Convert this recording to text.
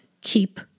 keep